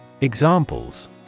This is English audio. Examples